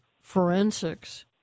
forensics